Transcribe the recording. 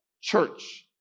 church